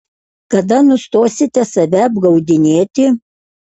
kada nustosite save apgaudinėti